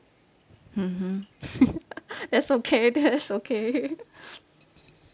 mmhmm that's okay that is okay